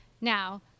Now